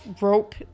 Rope